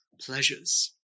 pleasures